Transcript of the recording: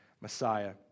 Messiah